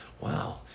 Wow